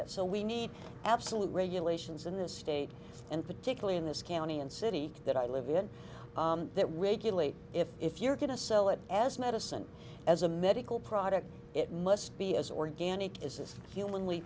this so we need absolute regulations in this state and particularly in this county and city that i live in that regular if if you're going to sell it as medicine as a medical product it must be as organic as humanly